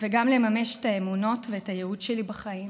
וגם לממש את האמונות ואת הייעוד שלי בחיים.